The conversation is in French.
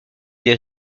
des